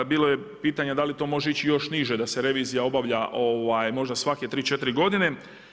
Bilo je pitanje da i to može ići još niže da se revizija obavlja možda svake 3, 4 godine.